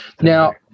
Now